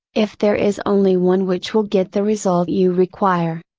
if there is only one which will get the result you require.